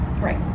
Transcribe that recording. Right